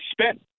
spent –